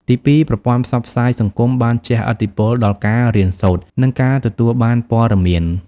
ទីពីរ ប្រព័ន្ធផ្សព្វផ្សាយសង្គមបានជះឥទ្ធិពលដល់ការរៀនសូត្រ និងការទទួលបានព័ត៌មាន។